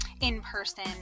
in-person